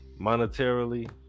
monetarily